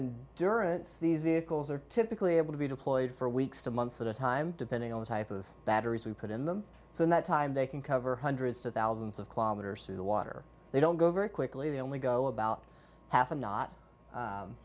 vehicles are typically able to be deployed for weeks to months at a time depending on the type of batteries we put in them so in that time they can cover hundreds of thousands of kilometers in the water they don't go very quickly they only go about half a not